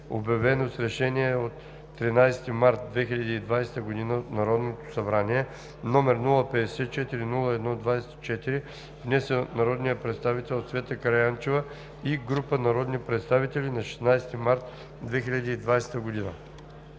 обявено с Решение от 13 март 2020 г. на Народното събрание, № 054-01-24, внесен от народния представител Цвета Караянчева и група народни представители на 16 март 2020г.“